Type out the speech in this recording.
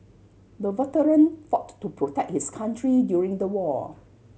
the veteran fought to protect his country during the war